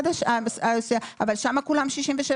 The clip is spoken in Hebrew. אבל שם כולם 68-67,